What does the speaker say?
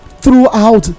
throughout